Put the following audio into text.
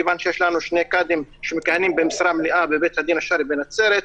מכיוון שיש לנו שני קאדים שמכהנים במשרה מלאה בבית הדין השרעי בנצרת.